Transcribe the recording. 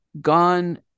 gone